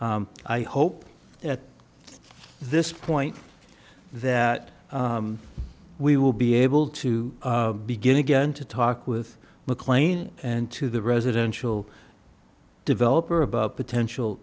i hope at this point that we will be able to begin again to talk with mclean and to the residential developer about potential